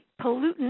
pollutant